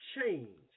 change